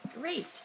Great